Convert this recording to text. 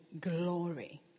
glory